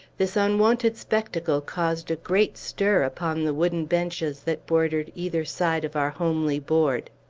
this unwonted spectacle caused a great stir upon the wooden benches that bordered either side of our homely board.